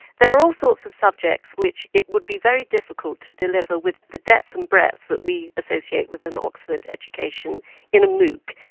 there are all sorts of subjects subjects which it would be very difficult to deliver with the depth and breadth that we associate with an oxford education in a mooc,